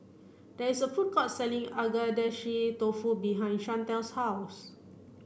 there is a food court selling Agedashi Dofu behind Shantel's house